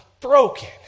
broken